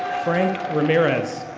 frank ramirez.